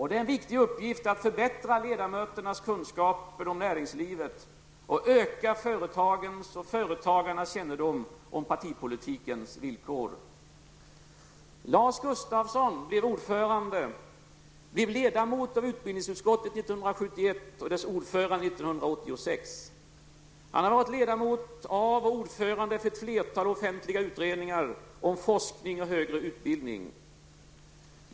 Det är en viktig uppgift att förbättra ledamöternas kunskaper om näringslivet och öka företagens och företagarnas kännedom om partipolitikens villkor. 1986. Han har varit ledamot av och ordförande för ett flertal offentliga utredningar om forskning och högre utbildning.